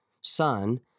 Son